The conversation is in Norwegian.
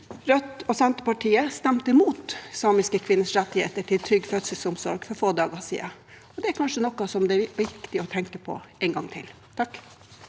Rødt og Senterpartiet stemte imot samiske kvinners rettigheter til trygg fødselsomsorg for få dager siden. Det er kanskje noe det er viktig å tenke på en gang til.